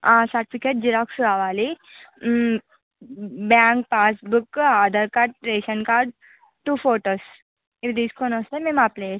ఆ certificate xerox కావాలి bank passbook Aadhaar card ration card two photos ఇవి తీసుకొని వస్తే మేము అప్లై చేస్తాం